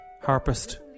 Harpist